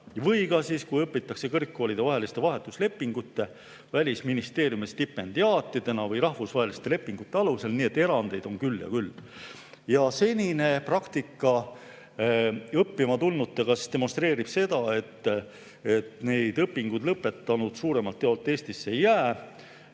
ja ka siis, kui õpitakse kõrgkoolidevahelise vahetuslepingu alusel, Välisministeeriumi stipendiaadina või rahvusvahelise lepingu alusel. Nii et erandeid on küll ja küll. Senine praktika õppima tulnutega demonstreerib seda, et õpingud lõpetanud noored suuremalt jaolt Eestisse ei jää.